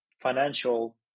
financial